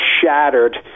shattered